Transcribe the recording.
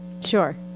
Sure